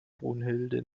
brunhilde